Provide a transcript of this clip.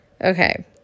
okay